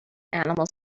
animals